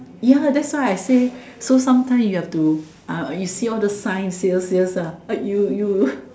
ya that's why I say so sometime you have to eh you see all the signs sales sales ah you you